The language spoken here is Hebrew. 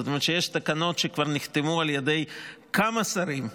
זאת אומרת שיש תקנות שכבר נחתמו על ידי כמה שרים,